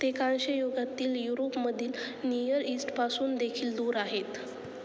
ते कांस्ययुगातील युरोपमधील नियर ईस्टपासूनदेखील दूर आहेत